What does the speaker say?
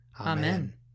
Amen